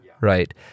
Right